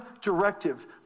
directive